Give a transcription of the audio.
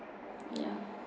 ya